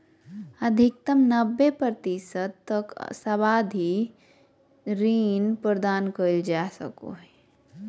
अधिकतम नब्बे प्रतिशत तक सावधि ऋण प्रदान कइल जा सको हइ